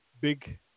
big